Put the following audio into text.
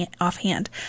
offhand